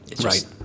Right